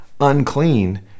unclean